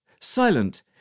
Silent